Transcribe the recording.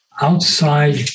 outside